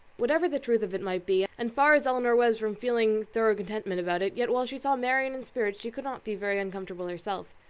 whatever the truth of it might be, and far as elinor was from feeling thorough contentment about it, yet while she saw marianne in spirits, she could not be very uncomfortable herself.